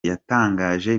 yatangaje